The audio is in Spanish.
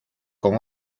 con